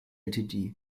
ltd